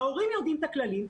ההורים יודעים את הכללים,